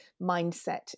mindset